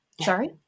Sorry